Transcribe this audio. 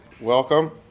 Welcome